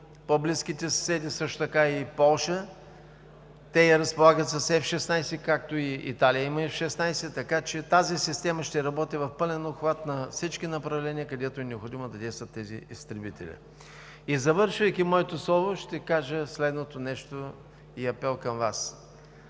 по-близките съседи, също така и Полша, те разполагат с F-16, както и Италия има F-16, тази система ще работи в пълен обхват на всички направления, където е необходимо да действат тези изтребители. Завършвайки моето слово, ще кажа следното нещо и апел към Вас.